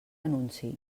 anunci